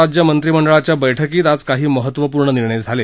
राज्य मंत्रीमंडळाच्या बैठकीत आज काही महत्त्वपूर्ण निर्णय झाले